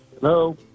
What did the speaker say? Hello